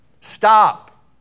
Stop